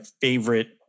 favorite